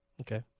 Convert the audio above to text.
Okay